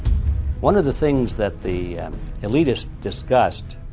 one of the things that the elitists discussed,